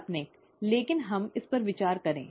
काल्पनिक लेकिन हम इस पर विचार करें